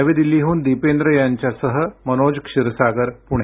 नवी दिल्लीहून दिपेंद्र यांच्यासह मनोज क्षीरसागर पुणे